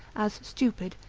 as stupid,